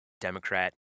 Democrat